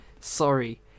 sorry